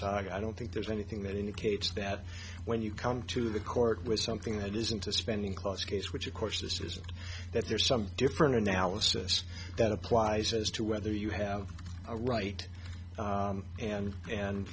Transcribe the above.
d i don't think there's anything that indicates that when you come to the court with something that isn't a spending clause case which of course this is that there's something different analysis that applies as to whether you have a right and and